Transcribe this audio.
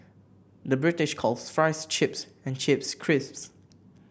the British calls fries chips and chips crisps